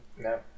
No